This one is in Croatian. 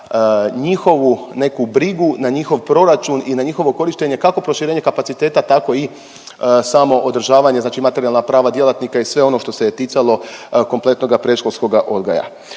na njihovu neku brigu, na njihov proračun i na njihovo korištenje, kako proširenje kapaciteta, tako i samo održavanje, znači materijalna prava djelatnika i sve ono što se je ticalo kompletnoga predškolskoga odgoja.